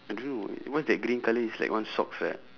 I don't know what's that green colour it's like one sock like that